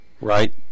Right